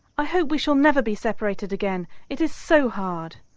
i hope we shall never be separated again. it is so hard.